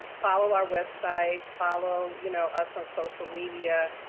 follow our website. follow, you know, us on social media.